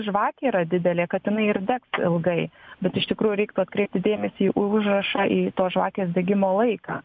žvakė yra didelė kad jinai ir degs ilgai bet iš tikrųjų reiktų atkreipti dėmesį į u užrašą į tos žvakės degimo laiką